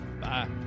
bye